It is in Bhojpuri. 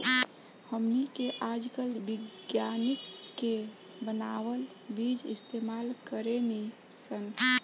हमनी के आजकल विज्ञानिक के बानावल बीज इस्तेमाल करेनी सन